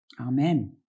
Amen